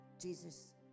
Jesus